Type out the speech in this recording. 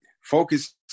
Focus